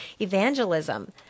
evangelism